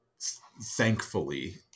thankfully